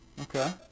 Okay